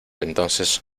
entonces